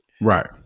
Right